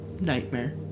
Nightmare